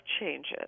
changes